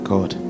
God